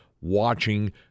watching